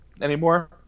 anymore